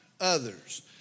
others